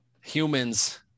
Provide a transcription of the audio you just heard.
humans